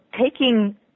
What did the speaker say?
taking